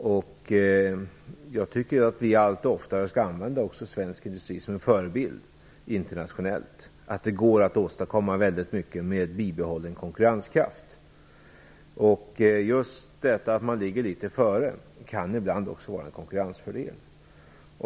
Jag tycker att vi allt oftare skall använda svensk industri som en förebild internationellt. Det går att åstadkomma väldigt mycket med bibehållen konkurrenskraft. Just detta att man ligger litet före kan ibland också vara en konkurrensfördel.